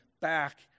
back